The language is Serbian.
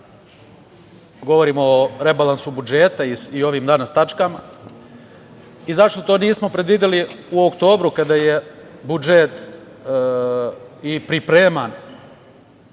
govorimo o rebalansu budžeta i ovim danas tačkama, i zašto to nismo predvideli u oktobru kada je budžet i pripreman?